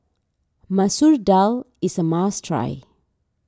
Masoor Dal is a must try